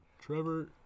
Trevor